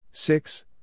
Six